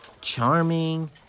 charming